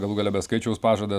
galų gale be skaičiaus pažadas